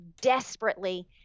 desperately